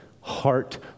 heart